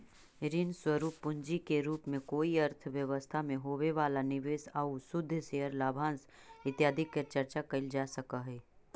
ऋण स्वरूप पूंजी के रूप में कोई अर्थव्यवस्था में होवे वाला निवेश आउ शुद्ध शेयर लाभांश इत्यादि के चर्चा कैल जा सकऽ हई